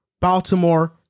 Baltimore